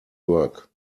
work